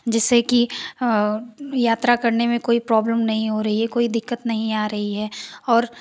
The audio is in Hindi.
जिससे कि यात्रा करने में कोई प्रोब्लम नहीं हो रही है कोई दिक्कत नहीं आ रही है और